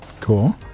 cool